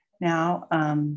now